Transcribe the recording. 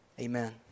Amen